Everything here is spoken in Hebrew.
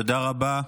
תודה רבה.